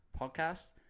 podcast